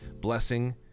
Blessing